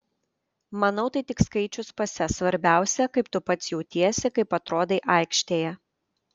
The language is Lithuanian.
manau tai tik skaičius pase svarbiausia kaip tu pats jautiesi kaip atrodai aikštėje